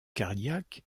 cardiaque